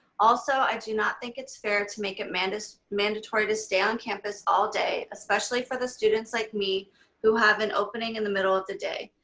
also, i do not think it's fair to make it mandatory mandatory to stay on campus all day, especially for the students like me who have an opening in the middle of the day.